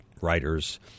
writers